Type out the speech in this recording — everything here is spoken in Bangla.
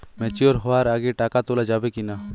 ম্যাচিওর হওয়ার আগে টাকা তোলা যাবে কিনা?